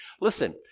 Listen